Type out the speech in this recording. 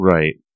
Right